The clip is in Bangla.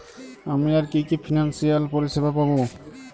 আমি আর কি কি ফিনান্সসিয়াল পরিষেবা পাব?